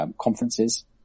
conferences